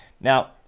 Now